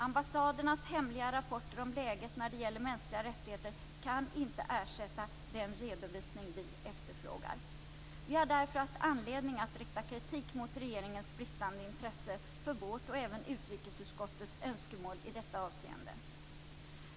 Ambassadernas hemliga rapporter om läget när det gäller mänskliga rättigheter kan inte ersätta den redovisning om vi efterfrågar. Vi har därför haft anledning att rikta kritik mot regeringens bristande intresse för vårt och även för utskottets önskemål i detta avseende.